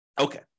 Okay